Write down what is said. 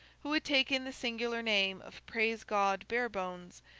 who had taken the singular name of praise god barebones,